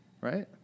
Right